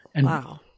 Wow